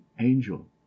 angel